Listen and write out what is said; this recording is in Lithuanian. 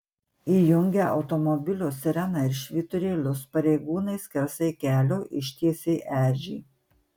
įjungę automobilio sireną ir švyturėlius pareigūnai skersai kelio ištiesė ežį